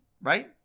Right